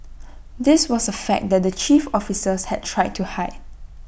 this was A fact that the chief officers had tried to hide